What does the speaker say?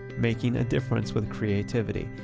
making a difference with creativity.